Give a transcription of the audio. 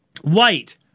White